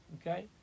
Okay